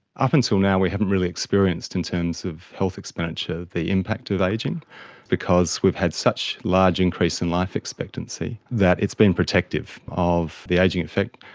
up until now we haven't really experienced in terms of health expenditure the impact of ageing because we've had such large increase in life expectancy that it's been protective of the ageing effect,